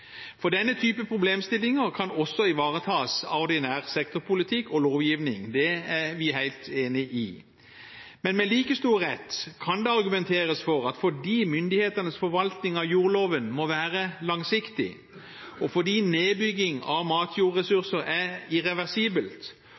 Denne type problemstillinger kan også ivaretas av ordinær sektorpolitikk og lovgivning. Det er vi helt enig i. Men med like stor rett kan det argumenteres for at fordi myndighetenes forvaltning av jordloven må være langsiktig, fordi nedbygging av matjordressurser er irreversibelt,